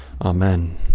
Amen